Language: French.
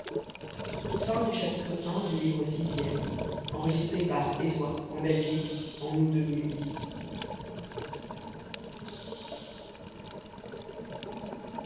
en nous ces